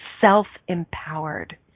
self-empowered